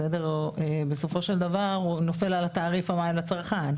בסופו של דבר נופלת על הצרכן.